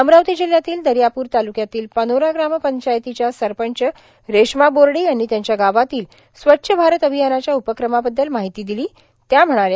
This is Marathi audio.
अमरावती जिल्ह्यातील दर्यापूर तालुक्यातील पनोरा ग्रामपंचायतीच्या सरपंच रेश्मा बोरडे यांनी त्यांच्या गावातील स्वच्छ भारत अभियानाच्या उपक्रमाबद्दल माहिती दिली त्या म्हणाल्या